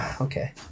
Okay